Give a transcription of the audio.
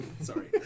Sorry